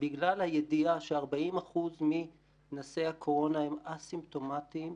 בגלל הידיעה ש-40% מנשאי הקורונה הם אסימפטומטיים,